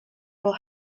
will